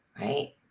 Right